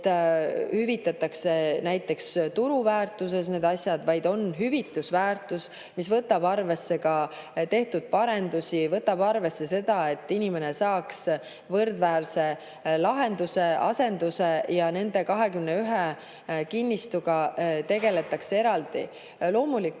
hüvitatakse kõik näiteks turuväärtuses, vaid on hüvitusväärtus, mis võtab arvesse ka tehtud parendusi, võtab arvesse seda, et inimene saaks võrdväärse asenduse. Nende 21 kinnistuga tegeldakse eraldi. Loomulikult